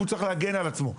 והוא צריך להגן על עצמו.